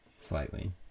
Slightly